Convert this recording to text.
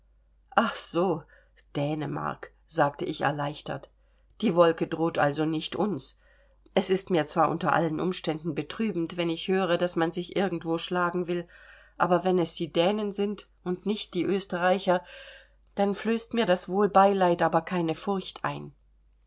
ah so dänemark sagte ich erleichtert die wolke droht also nicht uns es ist mir zwar unter allen umständen betrübend wenn ich höre daß man sich irgendwo schlagen will aber wenn es die dänen sind und nicht die österreicher dann flößt mir das wohl beileid aber keine furcht ein